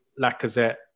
Lacazette